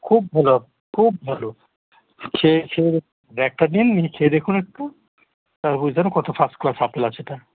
খুব ভালো হবে খুব ভালো খেয়ে খেয়ে দে একটা নিন নিয়ে খেয়ে দেখুন একটু তারপর বুঝতে পারবেন কত ফার্স্ট ক্লাস আপেল আছে এটা